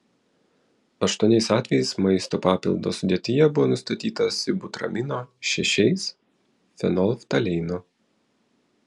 aštuoniais atvejais maisto papildo sudėtyje buvo nustatyta sibutramino šešiais fenolftaleino